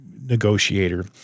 negotiator